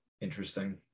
interesting